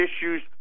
issues